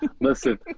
listen